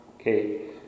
Okay